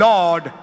Lord